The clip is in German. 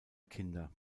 kinder